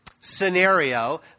scenario